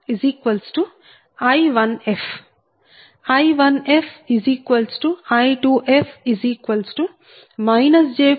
Eg1 0 V1fj 0